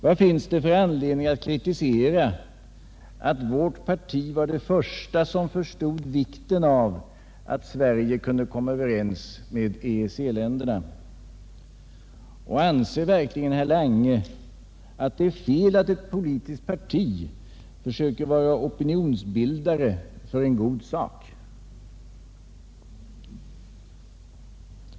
Vad finns det för anledning att kritisera att vårt parti var det första som förstod vikten av att Sverige kunde komma överens med EEC-länderna? Och anser verkligen herr Lange att det är fel att ett politiskt parti försöker vara opinionsbildare för en god sak?